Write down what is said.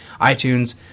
iTunes